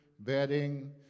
bedding